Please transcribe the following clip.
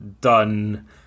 Done